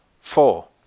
Four